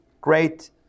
Great